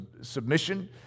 submission